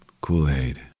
Kool-Aid